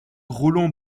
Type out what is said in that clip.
roland